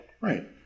right